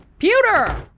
pewter!